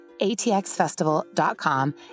atxfestival.com